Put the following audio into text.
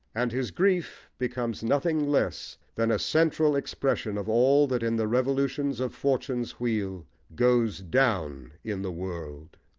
and his grief becomes nothing less than a central expression of all that in the revolutions of fortune's wheel goes down in the world.